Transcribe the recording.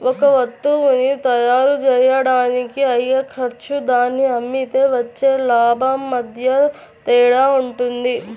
ఒక వత్తువుని తయ్యారుజెయ్యడానికి అయ్యే ఖర్చు దాన్ని అమ్మితే వచ్చే లాభం మధ్య తేడా వుంటది